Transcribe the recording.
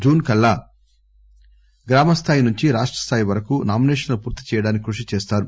June కల్లా గ్రామస్థాయి నుంచి రాష్టస్థాయి వరకు నామిసేషన్లు పూర్తి చెయ్యడానికి కృషి చేస్తారు